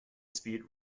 speed